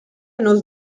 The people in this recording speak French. noce